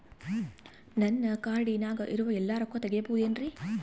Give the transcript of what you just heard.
ನನ್ನ ಕಾರ್ಡಿನಾಗ ಇರುವ ಎಲ್ಲಾ ರೊಕ್ಕ ತೆಗೆಯಬಹುದು ಏನ್ರಿ?